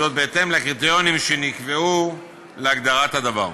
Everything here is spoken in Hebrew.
בהתאם לקריטריונים שנקבעו להגדרת הדבר.